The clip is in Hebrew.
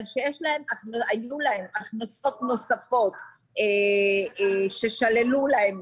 אבל שהיו להם הכנסות נוספות ששללו להם,